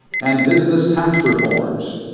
and business tax reforms.